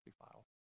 file